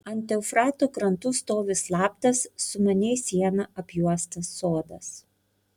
ant eufrato krantų stovi slaptas sumaniai siena apjuostas sodas